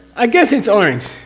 i guess it's orange!